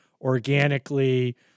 organically